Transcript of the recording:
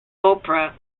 opera